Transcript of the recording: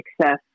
success